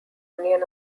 union